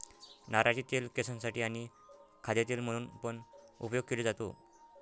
नारळाचे तेल केसांसाठी आणी खाद्य तेल म्हणून पण उपयोग केले जातो